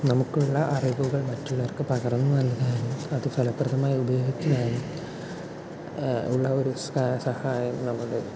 നമുക്കുള്ള അറിവുകൾ മറ്റുള്ളവർക്ക് പകർന്ന് നൽകാനും അത് ഫലപ്രദമായി ഉപയോഗിക്കുവാനും ഉള്ള ഒരു സഹായങ്ങളുടെ